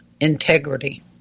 integrity